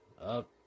up